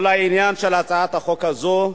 כל העניין של הצעת החוק הזאת לבוא,